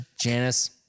Janice